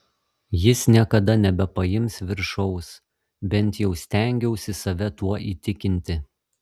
jis niekada nebepaims viršaus bent jau stengiausi save tuo įtikinti